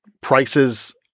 prices